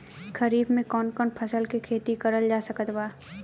खरीफ मे कौन कौन फसल के खेती करल जा सकत बा?